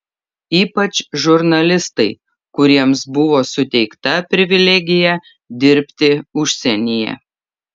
ypač žurnalistai kuriems buvo suteikta privilegija dirbti užsienyje